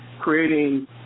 creating